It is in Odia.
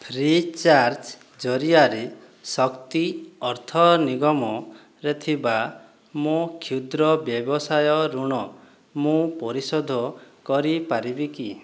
ଫ୍ରି ଚାର୍ଜ୍ ଜରିଆରେ ଶକ୍ତି ଅର୍ଥ ନିଗମରେ ଥିବା ମୋ କ୍ଷୁଦ୍ର ବ୍ୟବସାୟ ଋଣ ମୁଁ ପରିଶୋଧ କରିପାରିବି କି